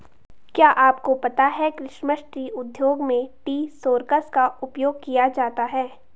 क्या आपको पता है क्रिसमस ट्री उद्योग में ट्री शेकर्स का उपयोग किया जाता है?